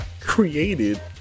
created